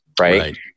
Right